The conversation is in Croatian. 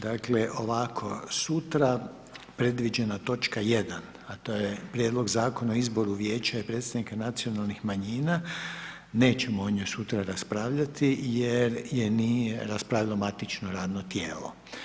Dakle ovako sutra predviđena točka 1. a to je Prijedlog zakona o izboru Vijeća i predsjednika nacionalnih manjina nećemo o njoj sutra raspravljati jer je nije raspravilo matično radno tijelo.